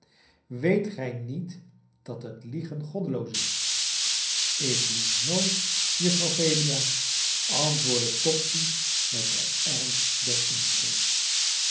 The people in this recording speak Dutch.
weet gij niet dat het liegen goddeloos is ik lieg nooit juffrouw phelia antwoordde topsy met den ernst der onschuld